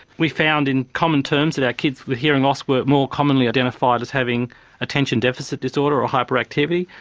we found in common terms that our kids with hearing loss were more commonly identified as having attention deficit disorder or hyperactivity,